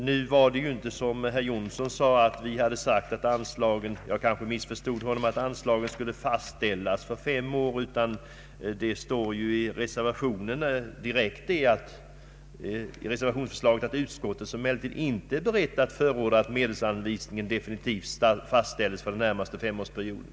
Nu är det inte som herr Jonsson påstod, att vi skulle ha sagt — jag kanske missförstod honom — att anslaget skulle fastställas för fem år. I reservation 1 framhålles att utskottet inte är berett att förorda att medelsanvisningen definitivt fastställs för den närmaste femårsperioden.